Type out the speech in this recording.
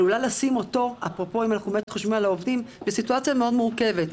עלולה לשים אותו בסיטואציה מאוד מורכבת.